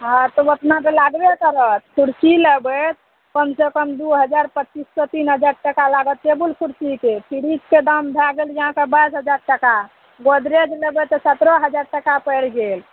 हँ तऽ ओतना तऽ लागबे करत कुरसी लेबै कमसे कम दुइ हजार पचीस सओ तीन हजार टका लागत टेबुल कुरसीके फ्रिजके दाम भए गेल अहाँके बाइस हजार टका गोदरेज लेबै तऽ सतरह हजार टका पड़ि गेल